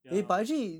ya